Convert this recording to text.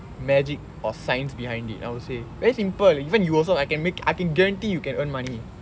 magic or science behind it I would say very simple even you also I can make I can guarantee you can earn money